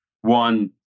One